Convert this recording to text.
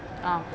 ah